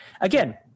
again